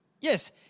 Yes